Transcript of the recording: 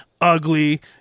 ugly